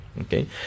okay